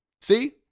see